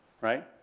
Right